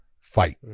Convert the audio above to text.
fight